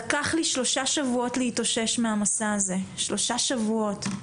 ולקח לי שלושה שבועות להתאושש מהמסע הזה שלושה שבועות.